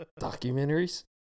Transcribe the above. Documentaries